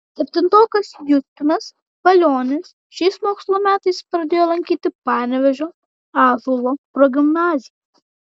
septintokas justinas palionis šiais mokslo metais pradėjo lankyti panevėžio ąžuolo progimnaziją